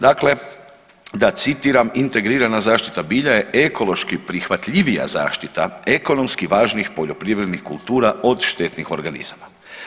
Dakle, da citiram, integrirana zaštita bilja je ekološki prihvatljivija zaštita ekonomski važnih poljoprivrednih kultura od štetnih organizama.